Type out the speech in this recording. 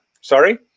Sorry